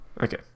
Okay